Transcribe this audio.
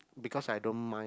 because I don't mind